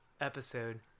episode